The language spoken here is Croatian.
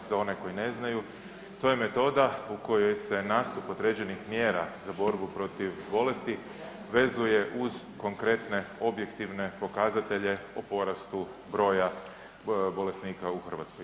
Za oni koji ne znaju to je metoda u kojoj se nastup određenih mjera za borbu protiv bolesti vezuje uz konkretne objektivne pokazatelje o porastu broja bolesnika u Hrvatskoj.